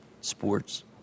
sports